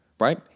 Right